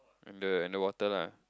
the underwater lah